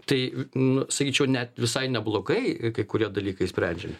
tai i nu sakyčiau net visai neblogai kai kurie dalykai sprendžiami